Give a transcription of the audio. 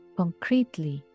concretely